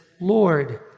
Lord